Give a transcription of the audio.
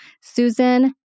Susan